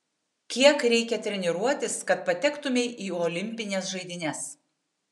kiek reikia treniruotis kad patektumei į olimpines žaidynes